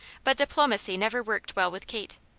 but diplomacy never worked well with kate.